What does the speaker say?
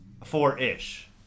four-ish